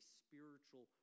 spiritual